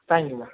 thank you ma'am